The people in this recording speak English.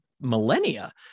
millennia